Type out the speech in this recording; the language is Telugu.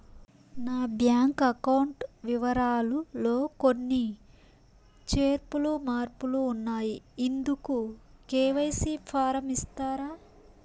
నా బ్యాంకు అకౌంట్ వివరాలు లో కొన్ని చేర్పులు మార్పులు ఉన్నాయి, ఇందుకు కె.వై.సి ఫారం ఇస్తారా?